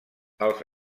els